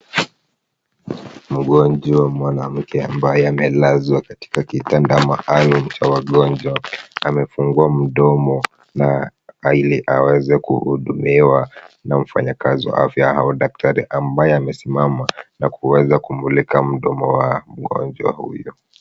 Mgonjwa mwanamke ambaye amelazwa katika kitanda maalum cha wagonjwa amefungua mdomo na aili aweze kuhudumiwa na mfanyakazi wa afya au daktari ambaye amesimama na kuweza kumulika mdomo wa mgonjwa huyo.